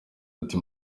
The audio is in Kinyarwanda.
ati